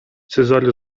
cezary